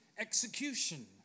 execution